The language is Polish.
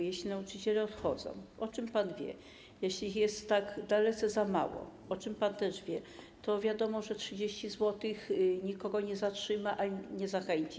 Jeśli nauczyciele odchodzą, o czym pan wie, jeśli ich jest tak dalece za mało, o czym pan też wie, to wiadomo, że 30 zł nikogo nie zatrzyma ani nie zachęci.